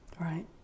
right